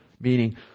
Meaning